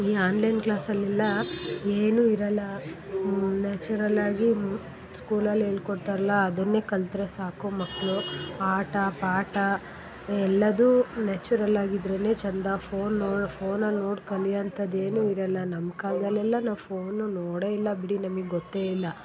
ಈ ಆನ್ಲೈನ್ ಕ್ಲಾಸಲ್ಲಿ ಎಲ್ಲ ಏನೂ ಇರಲ್ಲ ನ್ಯಾಚುರಲ್ ಆಗಿ ಸ್ಕೂಲಲ್ಲಿ ಹೇಳ್ಕೊಡ್ತಾರಲ್ಲ ಅದನ್ನೇ ಕಲ್ತರೆ ಸಾಕು ಮಕ್ಕಳು ಆಟ ಪಾಠ ಎಲ್ಲವೂ ನ್ಯಾಚುರಲ್ ಆಗಿದ್ರೆ ಚಂದ ಫೋನ್ ನೋಡಿ ಫೋನಲ್ಲಿ ನೋಡಿ ಕಲಿಯುವಂಥದ್ದು ಏನೂ ಇರಲ್ಲ ನಮ್ಮ ಕಾಲ್ದಲ್ಲಿ ಎಲ್ಲ ನಾವು ಫೋನು ನೋಡೇ ಇಲ್ಲ ಬಿಡಿ ನಮಿಗೆ ಗೊತ್ತೇ ಇಲ್ಲ